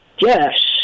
yes